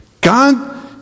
God